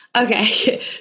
Okay